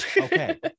Okay